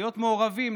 להיות מעורבים,